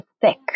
thick